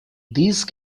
these